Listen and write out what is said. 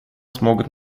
смогут